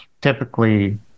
typically